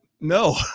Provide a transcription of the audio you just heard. no